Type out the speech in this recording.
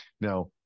Now